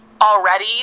already